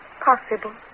possible